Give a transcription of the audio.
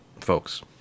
folks